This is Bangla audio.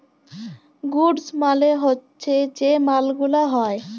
গুডস মালে হচ্যে যে মাল গুলা হ্যয়